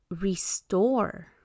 restore